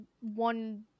one